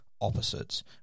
opposites